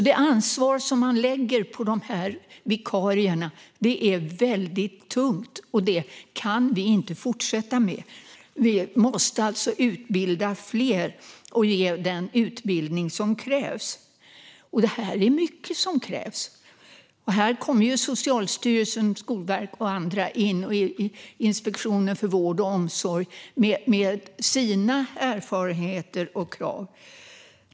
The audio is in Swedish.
Det ansvar man lägger på dessa vikarier är alltså väldigt tungt, och detta kan vi inte fortsätta med. Vi måste ge fler den utbildning som krävs. Det är mycket som krävs. Här kommer Socialstyrelsen, Skolverket, Inspektionen för vård och omsorg och andra in med sina erfarenheter och krav.